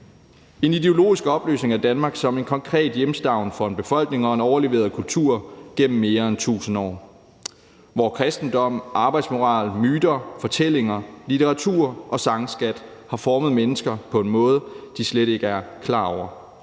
en ideologisk opløsning af Danmark som en konkret hjemstavn for en befolkning og en overleveret kultur gennem mere end tusind år, hvor kristendom, arbejdsmoral, myter, fortællinger, litteratur og sangskat har formet mennesker på en måde, de slet ikke er klar over.